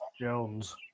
Jones